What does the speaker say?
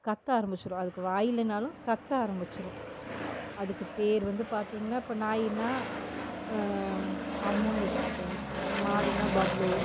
கத்த ஆரம்பிச்சுரும் அதுக்கு வாய் இல்லைனாலும் கத்த ஆரம்பிச்சுரும் அதுக்கு பேர் வந்து பார்த்தீங்கன்னா இப்போ நாயினால் அம்முன்னு வச்சுருப்பேன் மாடுன்னால் பப்லு